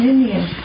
Indian